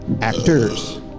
Actors